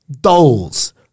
Dolls